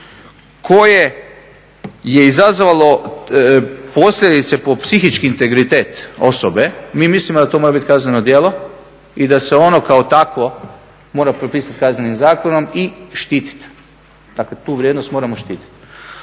koje je izazvalo posljedice po psihički integritet osobe, mi mislimo da to mora biti kazneno djelo i da se ono kao takvo mora propisati Kaznenim zakonom i štititi. Dakle tu vrijednost moramo štititi.